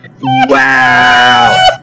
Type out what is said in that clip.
wow